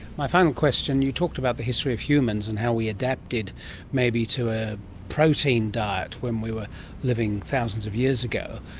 my final question, you talked about the history of humans and how we adapted maybe to a protein diet when we were living thousands of years ago.